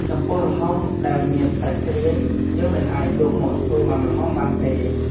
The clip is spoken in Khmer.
ចំពោះល្ហុងដែលមានសាច់ជ្រាយ យើងមិនអាចយកមកធ្វើមុាំល្ហុងបានទេ។